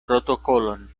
protokolon